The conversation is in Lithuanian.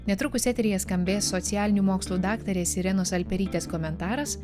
netrukus eteryje skambės socialinių mokslų daktarės irenos alperytės komentaras